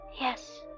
Yes